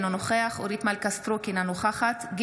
אינו נוכח אורית מלכה סטרוק,